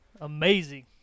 Amazing